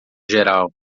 geral